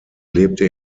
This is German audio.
lebte